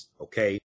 okay